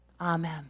Amen